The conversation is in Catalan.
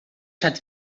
set